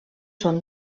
són